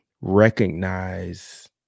recognize